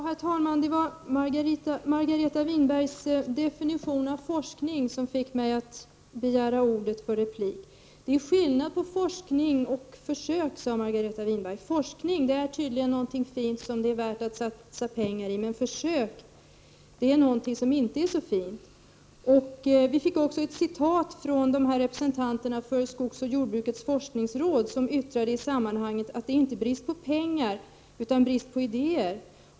Herr talman! Margareta Winbergs definition av forskning fick mig att begära ordet för replik. Det är skillnad på forskning och försök, sade Margareta Winberg. Forskning är tydligen något fint som det är värt att satsa pengar på, men försök är någonting som inte är så fint. Vi fick också ett citat av vad representanterna för skogsoch jordbrukets forskningsråd yttrade i sammanhanget, att det inte är brist på pengar utan brist på idéer.